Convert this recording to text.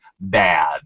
bad